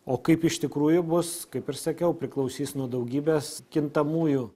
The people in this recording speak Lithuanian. o kaip iš tikrųjų bus kaip ir sakiau priklausys nuo daugybės kintamųjų